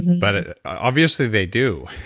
but obviously they do.